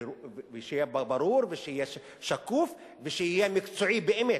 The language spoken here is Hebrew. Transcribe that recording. ושיהיה ברור, שיהיה שקוף ושיהיה מקצועי באמת,